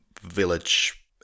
village